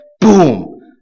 boom